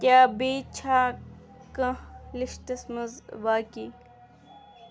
کیاہ بیٚیہِ چھا کانہہ لِسٹس منز باقٕے ؟